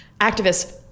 activists